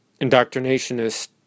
indoctrinationist